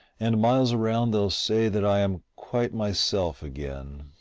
and miles around they'll say that i am quite myself again.